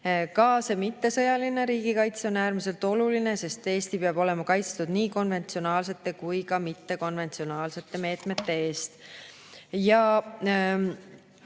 Ka mittesõjaline riigikaitse on äärmiselt oluline, sest Eesti peab olema kaitstud nii konventsionaalsete kui ka mittekonventsionaalsete meetmete eest.